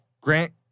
Grant